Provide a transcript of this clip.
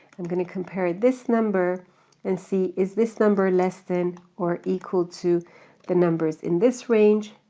i'm gonna compare this number and see is this number less than or equal to the numbers in this range.